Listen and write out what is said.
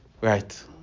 Right